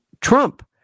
Trump